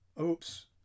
oops